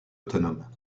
autonomes